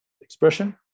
Expression